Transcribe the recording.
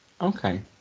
Okay